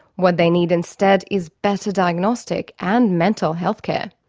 what they need instead is better diagnostic and mental health care.